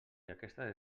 aquesta